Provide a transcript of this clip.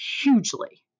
hugely